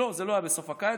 לא, זה לא היה בסוף הקיץ.